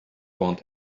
want